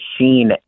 machine